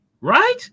right